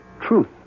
truth